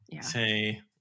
say